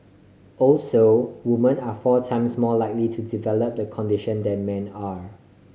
also women are four times more likely to develop the condition than men are